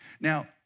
Now